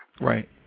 Right